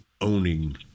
owning